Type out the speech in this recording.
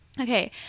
Okay